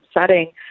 setting